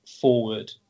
forward